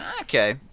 Okay